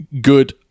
good